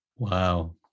Wow